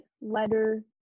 letter